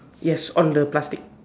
yes on the plastic